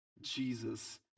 Jesus